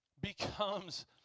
becomes